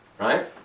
Right